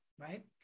right